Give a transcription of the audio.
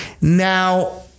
Now